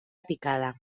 picada